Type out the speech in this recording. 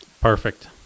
Perfect